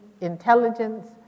intelligence